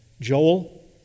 Joel